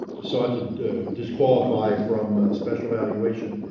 sought to disqualify from special valuation